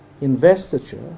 investiture